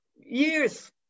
Years